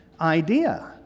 idea